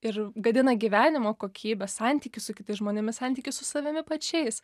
ir gadina gyvenimo kokybę santykį su kitais žmonėmis santykį su savimi pačiais